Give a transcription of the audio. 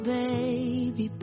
baby